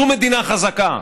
זו מדינה חזקה.